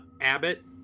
Abbott